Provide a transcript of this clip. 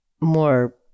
more